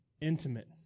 intimate